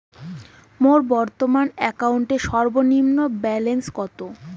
মোর বর্তমান অ্যাকাউন্টের সর্বনিম্ন ব্যালেন্স কত?